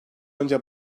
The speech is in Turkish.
önce